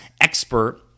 expert